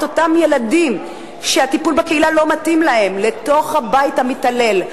אותם ילדים שהטיפול בקהילה לא מתאים להם לתוך הבית המתעלל,